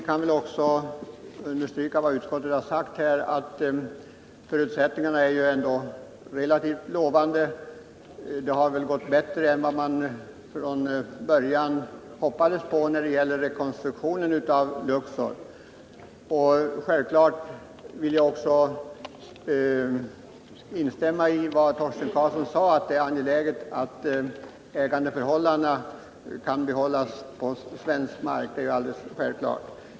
Jag vill också understryka vad utskottet har sagt, nämligen att förutsättningarna ändå är relativt lovande. Det har gått bättre än man från början trodde när det gäller rekonstruktionen av Luxor. Självfallet vill jag också instämma i vad Torsten Karlsson sade om det angelägna i att ägandet kan behållas i Sverige.